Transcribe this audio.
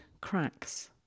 cracks